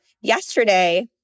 yesterday